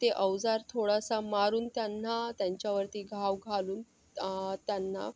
ते अवजार थोडासा मारून त्यांना त्यांच्यावरती घाव घालून त्यांना